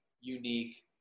unique